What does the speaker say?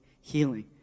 healing